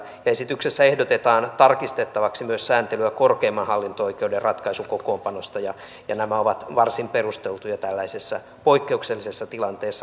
esityksessä ehdotetaan tarkistettavaksi myös sääntelyä korkeimman hallinto oikeuden ratkaisukokoonpanosta ja nämä ovat varsin perusteltuja tällaisessa poikkeuksellisessa tilanteessa